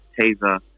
Taser